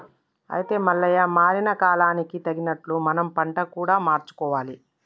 అయితే మల్లయ్య మారిన కాలానికి తగినట్లు మనం పంట కూడా మార్చుకోవాలి